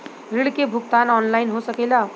ऋण के भुगतान ऑनलाइन हो सकेला?